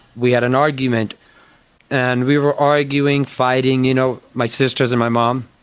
we had an argument and we were arguing, fighting, you know my sisters and my mom,